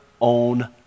own